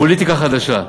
פוליטיקה חדשה.